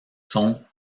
sont